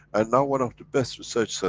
and now, one of the best research. so